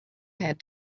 had